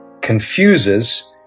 confuses